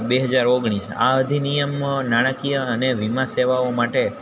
બે હજાર ઓગણીસ આ અધિનિયમ નાણાંકીય અને વીમા સેવાઓ માટે